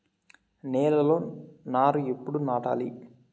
నేలలో నారు ఎప్పుడు నాటాలి?